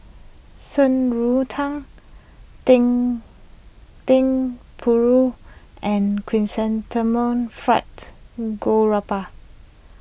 Shan Rui Tang Dendeng Paru and Chrysanthemum Fried Garoupa